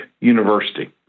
University